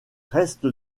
reste